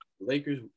Lakers